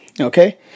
Okay